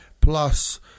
plus